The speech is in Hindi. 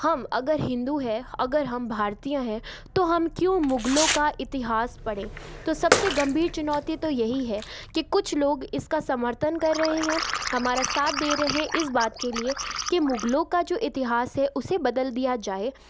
हम अगर हिंदू हैं अगर हम भारतीय हैं तो हम क्यों मुगलों का इतिहास पढ़ें तो सबसे गंभीर चुनौती तो यही है की कुछ लोग इसका समर्थन कर रहे हैं हमारा साथ दे रहे हैं इस बात के लिए की मुगलों का जो इतिहास है उसे बदल दिया जाए